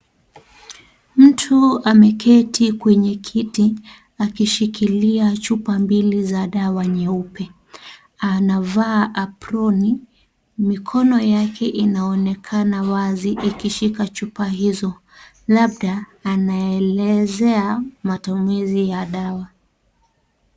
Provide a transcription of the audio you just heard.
Mtu ameketi kwenye kiti akishikilia chupa mbili za dawa nyeupe. Anavaa aproni, mikono yake inaonekana wazi ikishika chupa hizo labda anaelezea matumizi ya dawa.